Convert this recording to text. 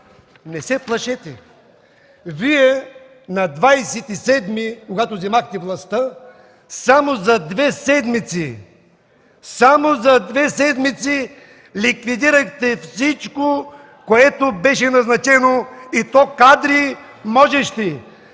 не се плашете! Вие на 27-и, когато взехте властта, само за две седмици – само за две седмици! – ликвидирахте всичко, което беше назначено, и то можещи